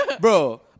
Bro